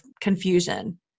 confusion